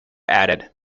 added